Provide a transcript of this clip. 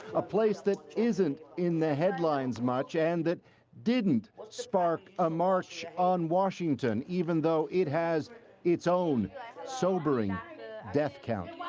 a place that isn't in the headlines much and that didn't spark a march on washington, even though it has its own sobering death count.